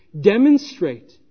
demonstrate